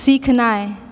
सीखनाइ